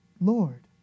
Lord